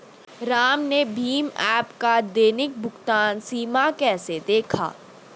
राम ने भीम ऐप का दैनिक भुगतान सीमा कैसे देखा?